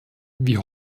wie